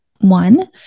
One